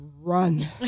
run